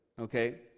Okay